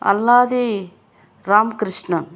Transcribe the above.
Alladi Ramkrishna